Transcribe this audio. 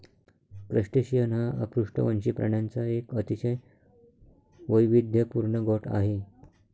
crustacean हा अपृष्ठवंशी प्राण्यांचा एक अतिशय वैविध्यपूर्ण गट आहे